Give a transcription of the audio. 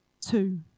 two